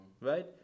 right